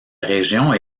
région